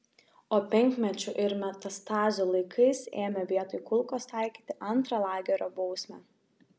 o penkmečių ir metastazių laikais ėmė vietoj kulkos taikyti antrą lagerio bausmę